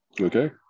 Okay